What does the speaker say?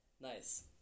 Nice